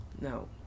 No